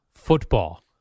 football